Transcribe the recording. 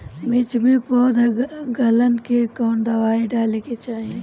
मिर्च मे पौध गलन के कवन दवाई डाले के चाही?